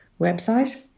website